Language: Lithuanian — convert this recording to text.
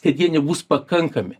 kad jie nebus pakankami